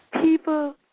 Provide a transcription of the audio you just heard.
People